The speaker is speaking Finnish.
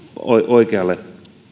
oikealle